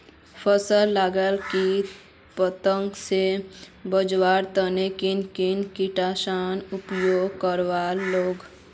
फसल लाक किट पतंग से बचवार तने किन किन कीटनाशकेर उपयोग करवार लगे?